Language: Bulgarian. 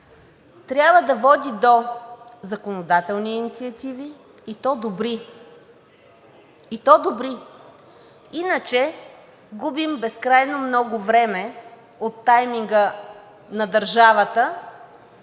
трябва да води до законодателни инициативи, и то добри, и то добри! Иначе губим безкрайно много време от тайминга на държавата